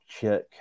check